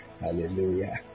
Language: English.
Hallelujah